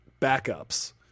backups